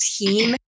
team